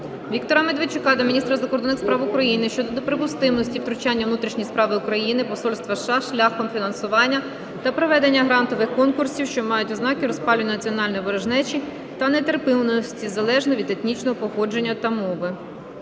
Віктора Медведчука до міністра закордонних справ України щодо неприпустимості втручання у внутрішні справи України посольства США шляхом фінансування та проведення грантових конкурсів, що мають ознаки розпалювання національної ворожнечі та нетерпимості залежно від етнічного походження та мови.